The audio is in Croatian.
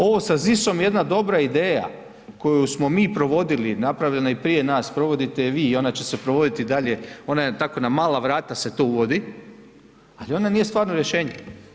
Ovo sa ZIS-om je jedna dobra ideja, koju smo mi provodili, napravili prije nas, provodite ju i vi i ona će se provoditi i dalje, ona je tako na mala vrata se to uvodi, ali ona nije stvarno rješenje.